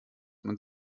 man